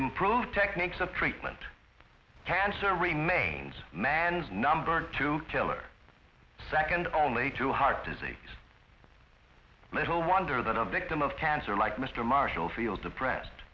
improve techniques of treatment cancer remains man's number two killer second only to heart disease little wonder that the victim of cancer like mr marshall feel depressed